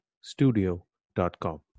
studio.com